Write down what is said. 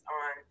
on